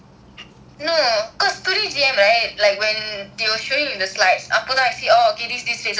no because today G_M right like when they were showing you the slides அப்போதான்:appothaan I see oh okay this this this faces all in T_L_S